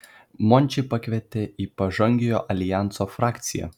mončį pakvietė į pažangiojo aljanso frakciją